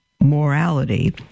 morality